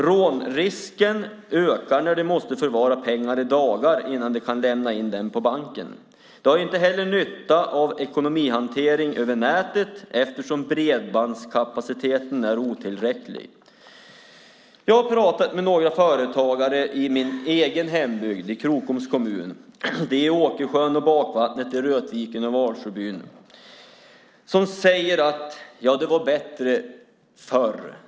Rånrisken ökar när de måste förvara pengar i dagar innan de kan lämna in dem på banken. De har inte heller nytta av ekonomihantering över nätet eftersom bredbandskapaciteten är otillräcklig. Jag har talat med några företagare i min hembygd i Krokoms kommun - i Åkersjön, Bakvattnet, Rötviken och Valsjöbyn. De säger att det var bättre förr.